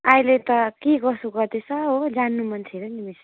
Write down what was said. अहिले त के कसो गर्दैछ हो जान्नु मन थियो र नि मिस